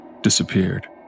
Disappeared